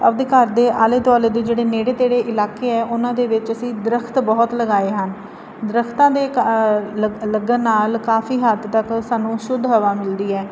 ਆਪਦੇ ਘਰ ਦੇ ਆਲੇ ਦੁਆਲੇ ਦੇ ਜਿਹੜੇ ਨੇੜੇ ਤੇੜੇ ਇਲਾਕੇ ਹੈ ਉਹਨਾਂ ਦੇ ਵਿੱਚ ਅਸੀਂ ਦਰਖਤ ਬਹੁਤ ਲਗਾਏ ਹਨ ਦਰਖਤਾਂ ਦੇ ਕਾ ਲੱਗ ਲੱਗਣ ਨਾਲ ਕਾਫੀ ਹੱਦ ਤੱਕ ਸਾਨੂੰ ਸ਼ੁੱਧ ਹਵਾ ਮਿਲਦੀ ਹੈ